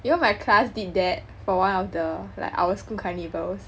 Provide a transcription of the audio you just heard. you know my class did that for one of the like our school carnivals